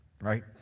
right